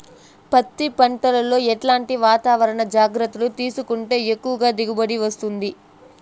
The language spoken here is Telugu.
పత్తి పంట లో ఎట్లాంటి వాతావరణ జాగ్రత్తలు తీసుకుంటే ఎక్కువగా దిగుబడి వస్తుంది?